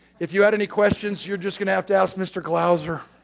if you had any questions, you're just gonna have to ask mr. glauzer.